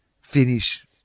finish